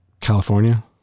California